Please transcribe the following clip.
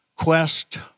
Quest